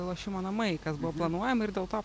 lošimo namai kas buvo planuojama ir dėl to